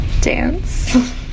dance